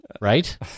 right